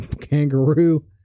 kangaroo